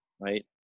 right